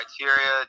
criteria